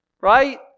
Right